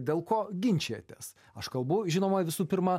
dėl ko ginčijatės aš kalbu žinoma visų pirma